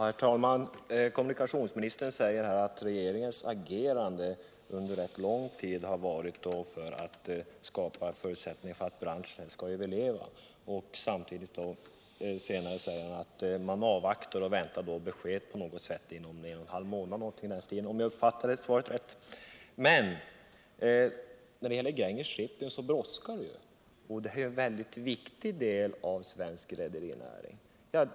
Herr talman! Kommunikationsministern sade att regeringen agerat under Om nedläggningen rätt lång tid för att skapa förutsättningar för att branschen skall kunna överleva. Senare sade han att regeringen avvaktar och att besked väntas inom en halv månad, om jag uppfattade svaret rätt. Men när det gäller Gränges Shipping brådskar det ju. Detta är en synnerligen viktig del av svensk rederinäring.